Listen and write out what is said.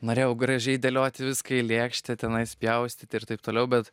norėjau gražiai dėlioti viską į lėkštę tenais upjaustyti ir taip toliau bet